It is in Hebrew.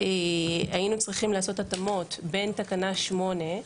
היינו צריכים לעשות התאמות בין תקנה 8,